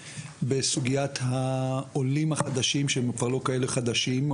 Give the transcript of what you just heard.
בסוגיית העולים החדשים שהם כבר לא כאלה חדשים,